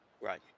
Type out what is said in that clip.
Right